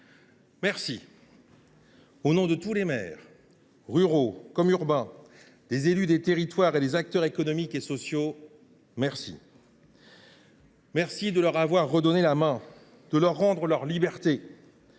au nom de tous les maires, ruraux comme urbains, des élus des territoires et des acteurs économiques et sociaux : merci de leur avoir redonné la main et de leur avoir rendu leur liberté.